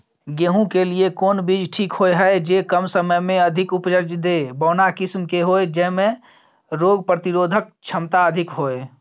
गेहूं के लिए कोन बीज ठीक होय हय, जे कम समय मे अधिक उपज दे, बौना किस्म के होय, जैमे रोग प्रतिरोधक क्षमता अधिक होय?